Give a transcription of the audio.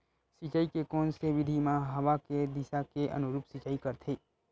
सिंचाई के कोन से विधि म हवा के दिशा के अनुरूप सिंचाई करथे?